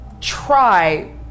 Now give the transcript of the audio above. try